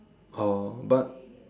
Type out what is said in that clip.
oh but